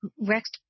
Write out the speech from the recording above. Rex